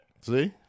See